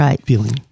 feeling